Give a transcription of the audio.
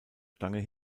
stange